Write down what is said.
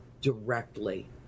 directly